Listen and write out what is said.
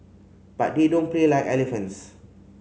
but they don't play like elephants